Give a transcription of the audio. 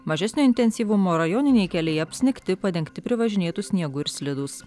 mažesnio intensyvumo rajoniniai keliai apsnigti padengti privažinėtu sniegu ir slidūs